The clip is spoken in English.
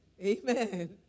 Amen